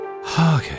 Okay